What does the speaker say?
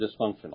dysfunctional